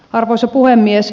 arvoisa puhemies